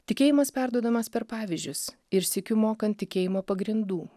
tikėjimas perduodamas per pavyzdžius ir sykiu mokant tikėjimo pagrindų